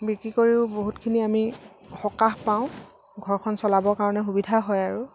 বিক্ৰী কৰিও বহুতখিনি আমি সকাহ পাওঁ ঘৰখন চলাবৰ কাৰণে সুবিধা হয় আৰু